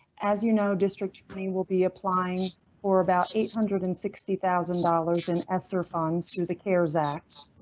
as you know district, we i mean will be applying for about eight hundred and sixty thousand dollars in essar funds. through the cares acts.